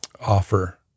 offer